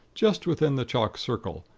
just within the chalk circle,